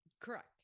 Correct